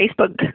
Facebook